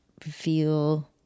feel